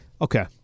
Okay